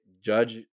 Judge